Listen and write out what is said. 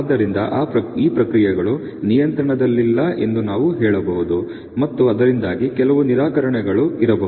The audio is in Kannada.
ಆದ್ದರಿಂದ ಈ ಪ್ರಕ್ರಿಯೆಗಳು ನಿಯಂತ್ರಣದಲ್ಲಿಲ್ಲ ಎಂದು ನಾವು ಹೇಳಬಹುದು ಮತ್ತು ಅದರಿಂದಾಗಿ ಕೆಲವು ನಿರಾಕರಣೆಗಳು ಇರಬಹುದು